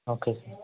okay